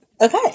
Okay